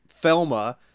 Thelma